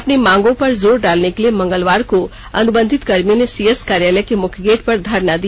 अपनी मांगों पर जोर डालने के लिए मंगलवार को अनुबंधित कर्मियों ने सीएस कार्यालय के मुख्य गेट पर धरना दिया